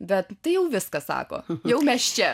bet tai jau viskas sako jau mes čia